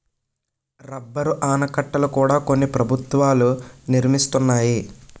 rubber ఆనకట్టల కూడా కొన్ని ప్రభుత్వాలు నిర్మిస్తున్నాయి